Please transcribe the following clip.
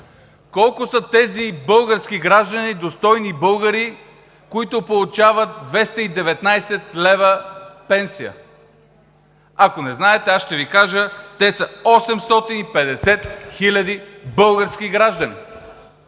колко са тези български граждани, достойни българи, които получават 219 лв. пенсия? Ако не знаете, аз ще Ви кажа – те са 850 хиляди български граждани.